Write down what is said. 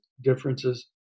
differences